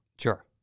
Sure